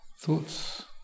Thoughts